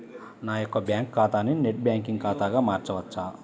నా యొక్క బ్యాంకు ఖాతాని నెట్ బ్యాంకింగ్ ఖాతాగా మార్చవచ్చా?